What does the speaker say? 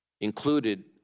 included